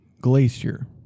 Glacier